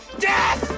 death!